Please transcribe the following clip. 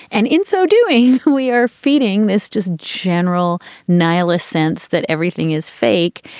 and in so doing, we are feeding this just general nihilists sense that everything is fake.